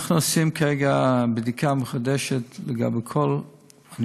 אנחנו עושים כרגע בדיקה מחודשת, כך ביקשתי,